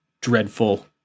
dreadful